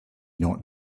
not